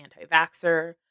anti-vaxxer